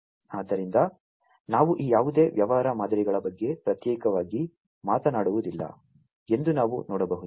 ಆದ್ದರಿಂದ ನಾವು ಈ ಯಾವುದೇ ವ್ಯವಹಾರ ಮಾದರಿಗಳ ಬಗ್ಗೆ ಪ್ರತ್ಯೇಕವಾಗಿ ಮಾತನಾಡುವುದಿಲ್ಲ ಎಂದು ನಾವು ನೋಡಬಹುದು